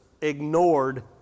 ignored